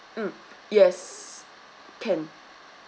mm yes can